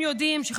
התשפ"ג 2023,